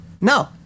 No